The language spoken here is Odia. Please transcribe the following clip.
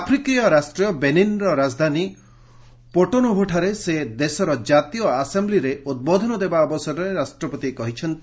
ଆଫ୍ରିକୀୟ ରାଷ୍ଟ୍ର ବେନିନ୍ର ରାଜଧାନୀ ପୋଟୋନୋଭୋଠାରେ ସେ ଦେଶର ଜାତୀୟ ଆସେମ୍ବିରେ ଉଦ୍ବୋଧନ ଦେବା ଅବସରରେ ରାଷ୍ଟ୍ରପତି ଏହା କହିଛନ୍ତି